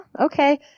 okay